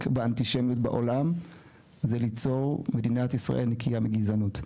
באנטישמיות בעולם זה ליצור מדינת ישראל נקייה מגזענות.